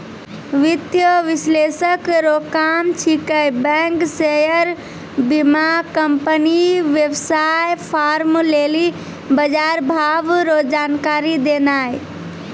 वित्तीय विश्लेषक रो काम छिकै बैंक शेयर बीमाकम्पनी वेवसाय फार्म लेली बजारभाव रो जानकारी देनाय